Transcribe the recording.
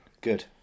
Good